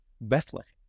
Bethlehem